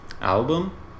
album